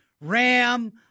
RAM